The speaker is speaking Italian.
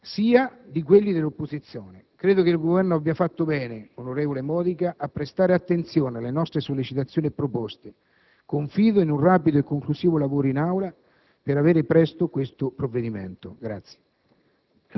sia da quelli dell'opposizione. Credo che il Governo abbia fatto bene, onorevole Modica, a prestare attenzione alle nostre sollecitazioni e proposte. Confido in un rapido e conclusivo lavoro in Aula per avere presto questo provvedimento.